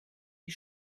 die